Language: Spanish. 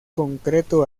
concreto